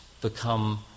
become